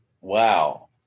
Wow